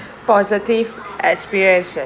positive experiences